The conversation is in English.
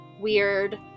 weird